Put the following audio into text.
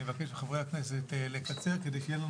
אני מבקש מחברי הכנסת לקצר כדי שיהיה לנו